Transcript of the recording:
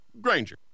Granger